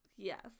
yes